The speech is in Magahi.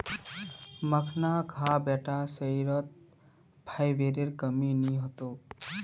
मखाना खा बेटा शरीरत फाइबरेर कमी नी ह तोक